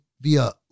via